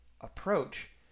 approach